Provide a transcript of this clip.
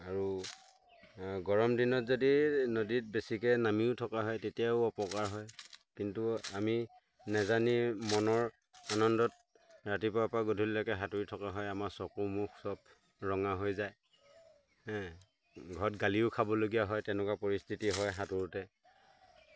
আৰু গৰম দিনত যদি নদীত বেছিকৈ নামিও থকা হয় তেতিয়াও অপকাৰ হয় কিন্তু আমি নাজানি মনৰ আনন্দত ৰাতিপুৱাৰপৰা গধূলিলৈকে সাঁতোৰি থকা হয় আমাৰ চকু মুখ চব ৰঙা হৈ যায় হেঁ ঘৰত গালিও খাবলগীয়া হয় তেনেকুৱা পৰিস্থিতি হয় সাঁতোৰোঁতে